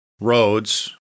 roads